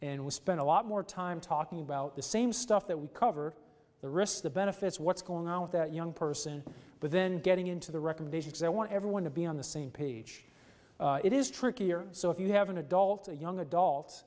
and we spend a lot more time talking about the same stuff that we cover the risks the benefits what's going on with that young person but then getting into the recommendations they want everyone to be on the same page it is trickier so if you have an adult a young adults